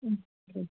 okay